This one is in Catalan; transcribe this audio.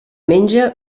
menja